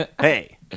Hey